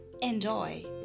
Enjoy